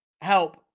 help